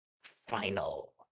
final